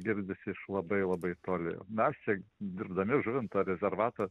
girdisi iš labai labai toli mes čia dirbdami žuvinto rezervato